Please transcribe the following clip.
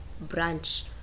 branch